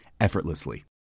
effortlessly